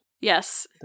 Yes